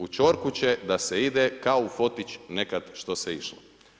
U ćorku će da se ide kao u fotić nekad što se išlo“